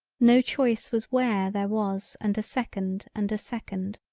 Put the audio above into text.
no choice was where there was and a second and a second.